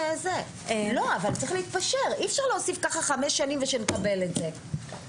אי אפשר להוסיף ככה חמש שנים ושנקבל את זה,